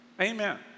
Amen